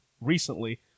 recently